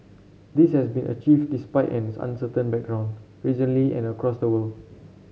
this has been achieved despite an uncertain background regionally and across the world